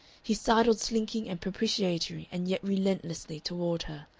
he sidled slinking and propitiatory and yet relentlessly toward her,